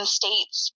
states